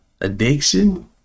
Addiction